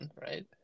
right